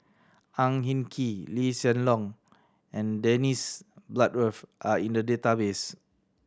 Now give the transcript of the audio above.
Ang Hin Kee Lee Hsien Loong and Dennis Bloodworth are in the database